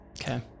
Okay